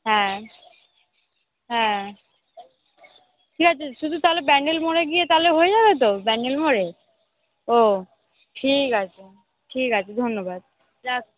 হ্যাঁ হ্যাঁ ঠিক আছে শুধু তাহলে ব্যান্ডেল মোড়ে গিয়ে তাহলে হয়ে যাবে তো ব্যান্ডেল মোড়ে ও ঠিক আছে ঠিক আছে ধন্যবাদ রাখছি